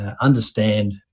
understand